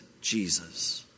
Jesus